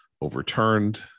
overturned